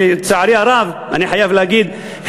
שלצערי הרב אני חייב להגיד,